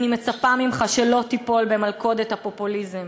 אני מצפה ממך שלא תיפול במלכודת הפופוליזם.